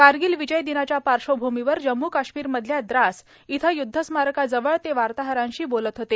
कारगिल विजय दिनाच्या पार्श्वभूमीवर जम्मू काश्मीरमधल्या द्रास इथं युद्धस्मारकाजवळ ते वार्ताहरांशी बोलत होते